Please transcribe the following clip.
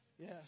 Yes